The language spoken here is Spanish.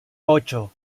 ocho